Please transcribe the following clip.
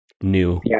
new